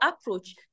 approach